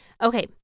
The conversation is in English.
Okay